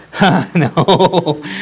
No